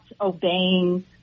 obeying